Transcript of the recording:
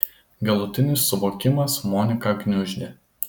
galutinis suvokimas moniką gniuždė